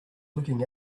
looking